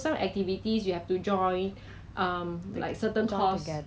yeah 如果你有去那个 sembawang 你可以去他放在外面